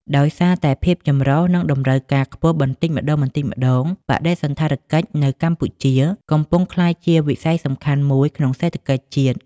ដោយសារតែភាពចម្រុះ និងតម្រូវការខ្ពស់បន្តិចម្ដងៗ បដិសណ្ឋារកិច្ចនៅកម្ពុជា កំពុងក្លាយជាវិស័យសំខាន់មួយក្នុងសេដ្ឋកិច្ចជាតិ។